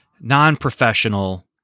non-professional